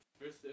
first